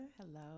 hello